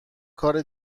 کار